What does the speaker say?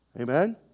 Amen